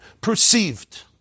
perceived